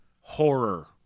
horror